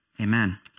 Amen